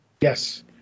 Yes